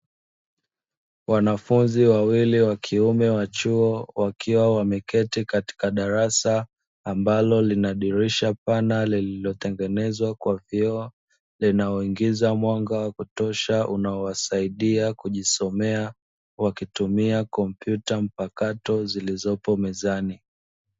Wanafunzi wawili wa kiume wa chuo wakiwa wameketi katika darasa, ambalo lina dirisha pana lililotengenezwa kwa vioo linaloingiza mwanga wa kutosha unao wasaidia kujisomea, wakitutumia kompyuta mpakato zilizopo mezani.